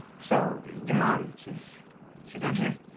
so, your mom, she's she's not here?